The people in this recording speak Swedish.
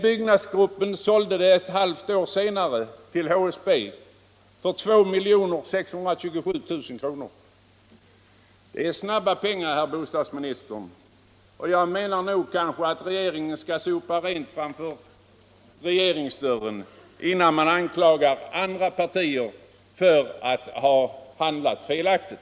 Byggnadsgruppen sålde den ett halvt år senare till HSB för 2627 000 kr. Det är snabba pengar, herr bostadsminister, vad gör ni åt sådant? Jag menar att regeringen nog bör sopa rent framför regeringsdörren innan den anklagar andra partier för att ha handlat felaktigt!